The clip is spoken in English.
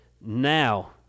Now